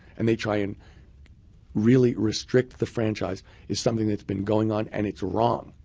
and they try and really restrict the franchise is something that's been going on and it's wrong.